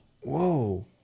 Whoa